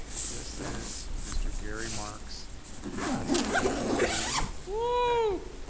this is mr. gary marks' last school board meeting. woo,